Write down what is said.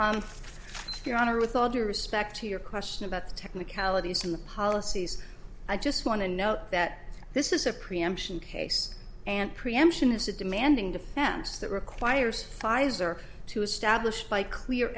on your honor with all due respect to your question about the technicalities of the policies i just want to note that this is a preemption case and preemption is a demanding defense that requires pfizer to establish by clear